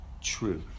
truth